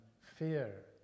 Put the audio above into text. fear